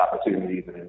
opportunities